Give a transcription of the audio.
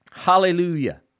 Hallelujah